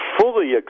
fully